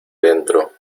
dentro